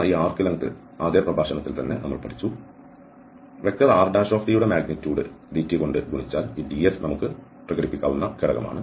ds ഈ arc length ആദ്യ പ്രഭാഷണത്തിൽ തന്നെ പഠിച്ചു r യുടെ മാഗ്നിറ്റ്യൂഡ് dt കൊണ്ട് ഗുണിച്ചാൽ ഈ ds നമുക്ക് പ്രകടിപ്പിക്കാവുന്ന ഘടകമാണ്